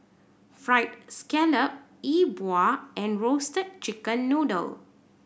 Fried Scallop Yi Bua and Roasted Chicken Noodle